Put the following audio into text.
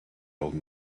old